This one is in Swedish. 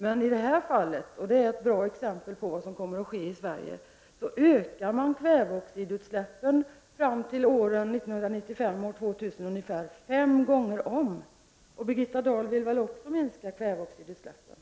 Men i det här fallet — och det är ett bra exempel på vad som kommer att ske i Sverige — ökar man kväveoxidutsläppen fem gånger om fram till åren 1995-2000. Birgitta Dahl vill väl också minska kväveoxidutsläppen!